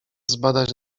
zbadać